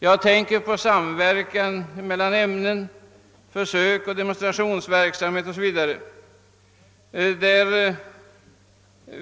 Jag tänker på samverkan mellan ämnena försöksoch demonstrationsverksamhet m.m.